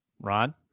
Ron